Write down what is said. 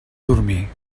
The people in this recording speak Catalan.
dormir